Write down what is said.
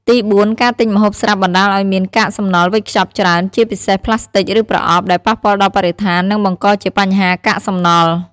ទីបួន ការទិញម្ហូបស្រាប់បណ្តាលឱ្យមាន កាកសំណល់វេចខ្ចប់ច្រើន ជាពិសេសប្លាស្ទិក ឬប្រអប់ ដែលប៉ះពាល់ដល់បរិស្ថាន និងបង្កជាបញ្ហាកាកសំណល់។